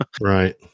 right